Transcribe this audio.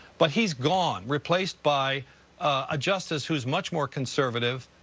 but he's gone, replaced by a justice who's much more conservative,